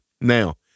Now